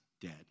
dead